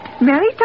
Mary